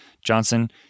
Johnson